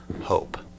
hope